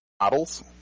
models